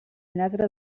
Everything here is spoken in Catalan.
lladra